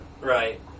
Right